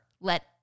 let